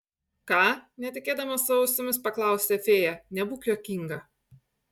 ką netikėdama savo ausimis paklausė fėja nebūk juokinga